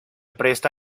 presta